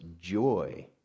joy